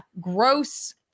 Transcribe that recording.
Gross